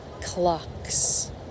clocks